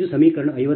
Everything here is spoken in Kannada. ಇದು ಸಮೀಕರಣ 58